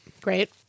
Great